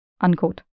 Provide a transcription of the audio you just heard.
unquote